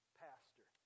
pastor